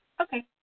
Okay